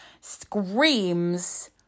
screams